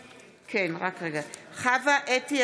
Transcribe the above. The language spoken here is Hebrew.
בעד חוה אתי